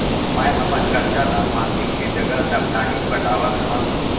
मै अपन कर्जा ला मासिक के जगह साप्ताहिक पटावत हव